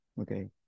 Okay